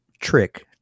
trick